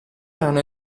rana